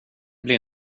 blir